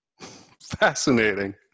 Fascinating